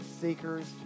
seekers